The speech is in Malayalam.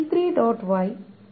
Y t1